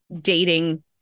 dating